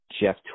Jeff